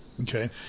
Okay